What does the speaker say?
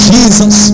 Jesus